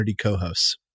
co-hosts